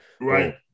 right